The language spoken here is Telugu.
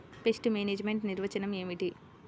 పెస్ట్ మేనేజ్మెంట్ నిర్వచనం ఏమిటి?